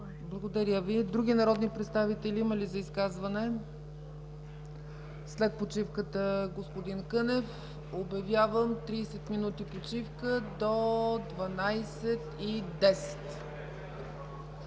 Благодаря Ви. Има ли други народни представители за изказване? След почивката – господин Кънев. Обявявам 30 минути почивка – до 12,10